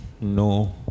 no